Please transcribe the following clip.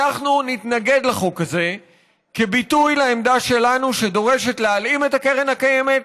אנחנו נתנגד לחוק הזה כביטוי לעמדה שלנו שדורשת להלאים את קרן הקיימת,